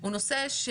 כך